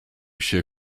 się